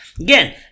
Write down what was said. Again